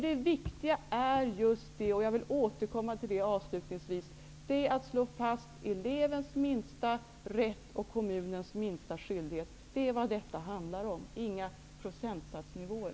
Det viktiga är -- jag vill återkomma till detta avslutningsvis -- att slå fast elevens minsta rätt och kommunens minsta skyldighet. Det är vad detta handlar om, inte några procentsatsnivåer.